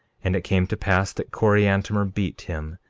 and it came to pass that coriantumr beat him,